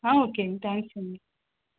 ఓకేండి thanks అండి